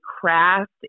craft